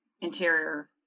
interior